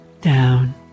down